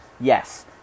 Yes